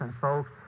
folks